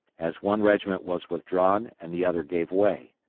as one regiment was withdrawn and the other gave way.